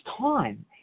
time